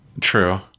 True